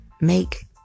make